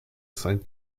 sainte